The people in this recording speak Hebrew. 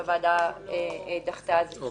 אבל הוועדה דחתה את שני הכיוונים.